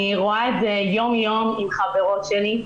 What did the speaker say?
אני רואה את זה יום יום עם חברות שלי,